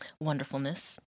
wonderfulness